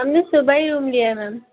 हम ने सुबह ही रूम लिया है मैम